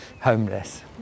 homeless